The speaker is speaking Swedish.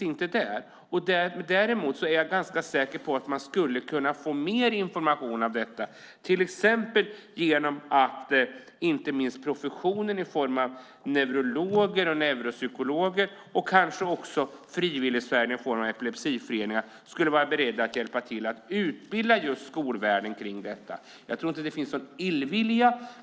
Jag är ganska säker på att man skulle kunna få mer information om detta, till exempel genom att inte minst professionen i form av neurologer, neuropsykologer och kanske också frivilligsfären i form av epilepsiföreningar skulle vara beredda att hjälpa till att utbilda just skolvärlden om detta. Jag tror inte att det finns någon illvilja.